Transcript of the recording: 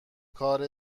کار